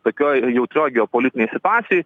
tokioj jautrioj geopolitinėj situacijoj